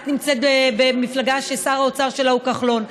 את נמצאת במפלגה ששר האוצר שלה הוא כחלון,